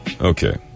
Okay